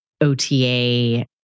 OTA